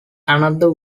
another